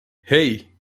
hey